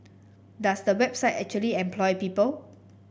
does the website actually employ people